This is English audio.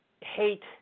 hate